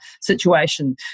situation